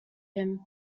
him